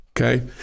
Okay